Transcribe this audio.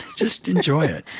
just enjoy it.